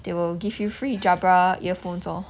they will give you free jabra earphones lor